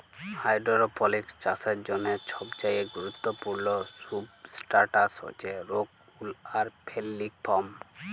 hydroponics চাষের জ্যনহে সবচাঁয়ে গুরুত্তপুর্ল সুবস্ট্রাটাস হছে রোক উল আর ফেললিক ফম